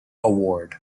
award